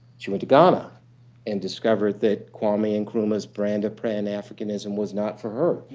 she went to ghana and discovered that kwame nkrumah's brand of pan-africanism was not for her.